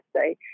say